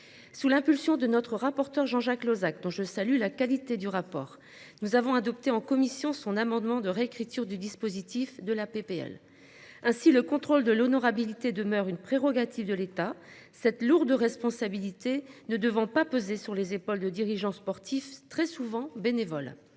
sous l'impulsion de notre rapporteur Jean-Jacques Lozach, dont je salue la qualité du rapport. Nous avons adopté en commission son amendement de réécriture du dispositif de la PPL ainsi le contrôle de l'honorabilité demeure une prérogative de l'État. Cette lourde responsabilité ne devant pas peser sur les épaules de dirigeant sportif très souvent bénévoles